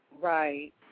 Right